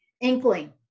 inkling